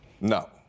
no